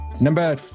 number